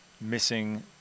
missing